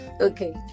Okay